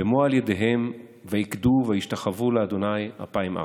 במעל ידיהם ויקדו וישתחו לה' אפים ארצה".